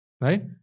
right